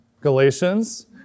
Galatians